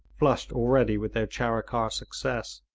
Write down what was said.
flushed already with their charikar success.